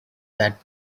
that